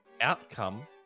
Outcome